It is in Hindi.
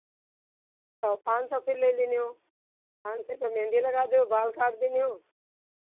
तो पाँच सौ फिर लै लिनिहो पाँच सौ में मेहँदी लगा देहो बाल काट दिनिहो